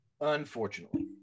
Unfortunately